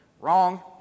Wrong